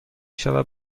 شود